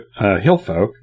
Hillfolk